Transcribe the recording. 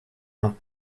have